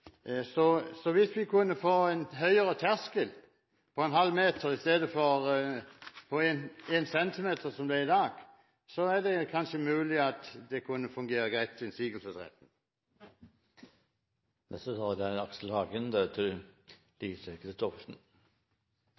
Så hvis vi kunne få en høyere terskel – en halv meter istedenfor en centimeter, som det er i dag – er det kanskje mulig at det kunne fungere greit med innsigelsesretten. Representanten Aksel Hagen